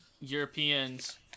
Europeans